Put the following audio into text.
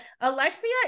Alexia